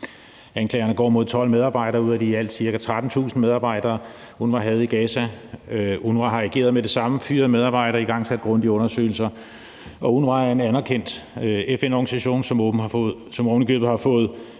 Anklagerne går mod 12 medarbejdere ud af de i alt ca. 13.000 medarbejdere, UNRWA havde i Gaza. UNRWA har ageret med det samme, de har fyret medarbejdere og igangsat grundige undersøgelser, og UNRWA er en anerkendt FN-organisation, som ovenikøbet har fået